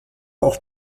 auch